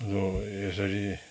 र यसरी